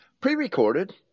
pre-recorded